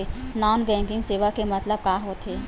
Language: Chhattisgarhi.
नॉन बैंकिंग सेवा के मतलब का होथे?